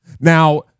now